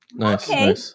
Okay